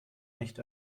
nicht